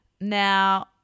Now